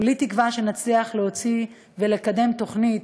כולי תקווה שנצליח להוציא ולקדם תוכנית,